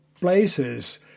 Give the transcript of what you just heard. places